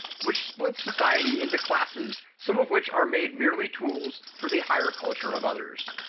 which split society into classes some of which are made merely tools for the higher culture of others.